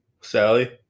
Sally